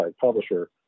publisher